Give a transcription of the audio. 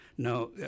Now